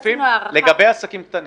לגבי עסקים קטנים.